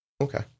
okay